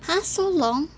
!huh! so long